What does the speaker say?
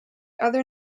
other